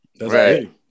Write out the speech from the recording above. Right